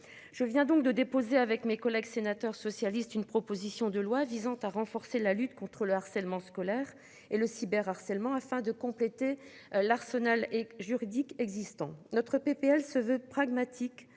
Je viens donc de déposer, avec mes collègues sénateurs socialistes, une proposition de loi visant à renforcer la lutte contre le harcèlement scolaire et le cyber harcèlement afin de compléter l'arsenal juridique existant notre PPL se veut pragmatique